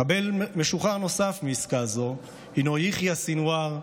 מחבל משוחרר נוסף מעסקה זו הוא יחיא סנוואר,